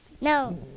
No